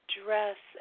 dress